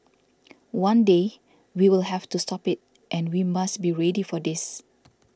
one day we will have to stop it and we must be ready for this